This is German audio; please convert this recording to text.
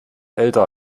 älter